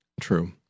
True